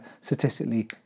statistically